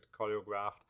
choreographed